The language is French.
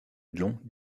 long